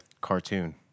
cartoon